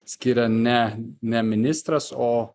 skiria ne ne ministras o